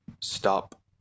stop